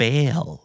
Fail